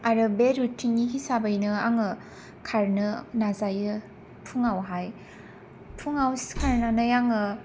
आरो बे रुटिननि हिसाबैनो आङो खारनो नाजायो फुङावहाय फुङाव सिखारनानै आङो